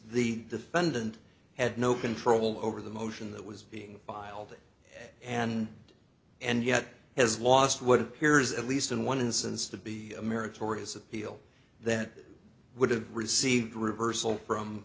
the defendant had no control over the motion that was being filed and and yet has lost what appears at least in one instance to be a marriage or his appeal that would have received a reversal from